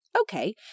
Okay